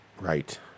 Right